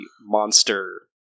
monster